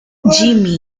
jimmy